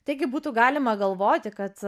taigi būtų galima galvoti kad